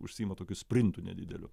užsiima tokiu sprintu nedideliu